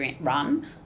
run